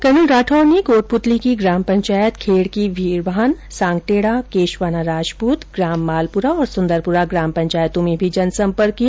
colonel Rathore ने कोटपूतली की ग्राम पंचायत खेड़की वीरभान सांगटेड़ा केशवाना राजपूत ग्राम मालपुरा और सुन्दरपुरा ग्राम पंचायतों में भी जनसंपर्क किया